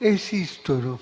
Esistono